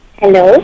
hello